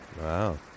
Wow